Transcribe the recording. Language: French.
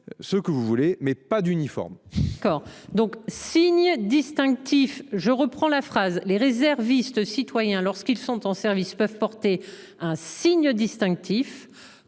Ce que vous voulez mais pas d'uniforme. Encore donc signe distinctif, je reprends la phrase les réservistes citoyen lorsqu'ils sont en service peuvent porter un signe distinctif